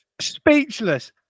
Speechless